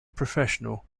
professional